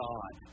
God